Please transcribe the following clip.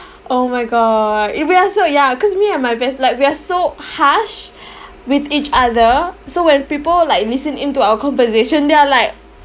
oh my god we are so ya cause me and my best like we are so harsh with each other so when people like listen in to our conversation they are like